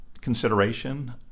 consideration